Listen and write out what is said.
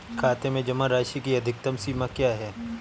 खाते में जमा राशि की अधिकतम सीमा क्या है?